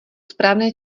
správné